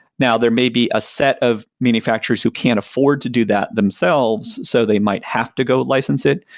now there may be a set of manufacturers who can't afford to do that themselves, so they might have to go license it,